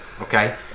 okay